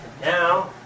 Now